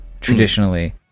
traditionally